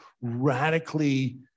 radically